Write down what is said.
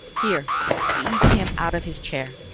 here ease him out of his chair.